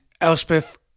Elspeth